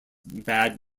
bad